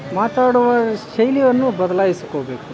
ಮಾತಾಡುವ ಶೈಲಿಯನ್ನು ಬದಲಾಯಿಸ್ಕೊಬೇಕು